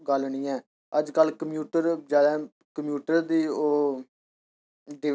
गल्ल निं ऐ अजकल कंप्यूटर जैदा कंप्यूटर दी ओह् दी